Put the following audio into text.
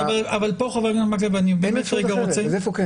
חבר הכנסת מקלב, כאן אני רוצה לשאול.